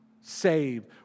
save